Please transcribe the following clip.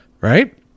Right